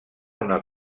una